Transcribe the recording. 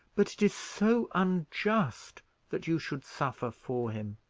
but it is so unjust that you should suffer for him.